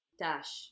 dash